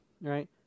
right